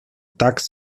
tax